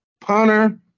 punter